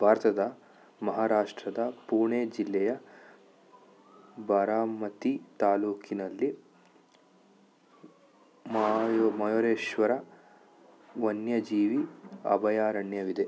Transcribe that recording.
ಭಾರತದ ಮಹಾರಾಷ್ಟ್ರದ ಪುಣೆ ಜಿಲ್ಲೆಯ ಬಾರಾಮತಿ ತಾಲೂಕಿನಲ್ಲಿ ಮಯೂರೇಶ್ವರ ವನ್ಯಜೀವಿ ಅಭಯಾರಣ್ಯವಿದೆ